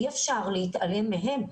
אי אפשר להתעלם מהם.